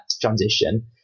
transition